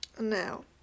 now